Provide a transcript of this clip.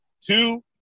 two